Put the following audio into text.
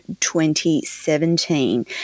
2017